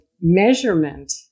measurement